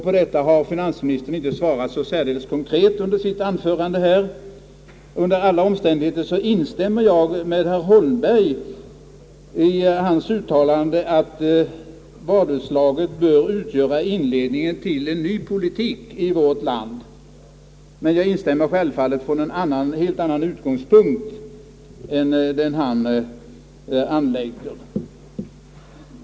På detta har finansministern inte svarat så särdeles konkret i sitt anförande nyss. Under alla omständigheter instämmer jag med herr Holmberg i hans uttalande att valutslaget bör utgöra inledningen till en ny politik i vårt land, men jag instämmer självfallet från en helt annan utgångspunkt än den han anlägger.